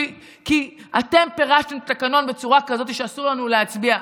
כי אתם פירשתם את התקנון בצורה כזאת שאסור לנו להצביע.